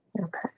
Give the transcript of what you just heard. Okay